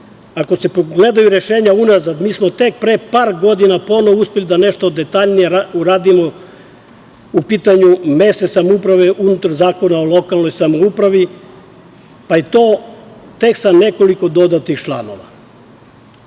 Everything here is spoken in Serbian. Ako se pogledaju rešenja unazad, mi smo tek pre par godina ponovo uspeli da nešto detaljnije uradimo po pitanju mesne samouprave unutar Zakona o lokalnoj samoupravi, pa je to tek sa nekoliko dodatih članova.